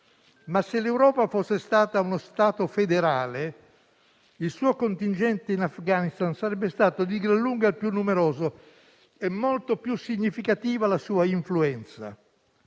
Ma, se l'Europa fosse stata uno Stato federale, il suo contingente in Afghanistan sarebbe stato di gran lunga il più numeroso e molto più significativa la sua influenza.